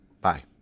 Bye